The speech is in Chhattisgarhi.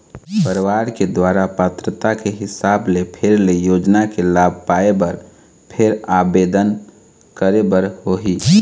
परवार के दुवारा पात्रता के हिसाब ले फेर ले योजना के लाभ पाए बर फेर आबेदन करे बर होही